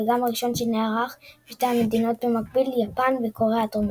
וגם הראשון שנערך בשתי מדינות במקביל יפן וקוריאה הדרומית.